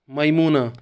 Maimuna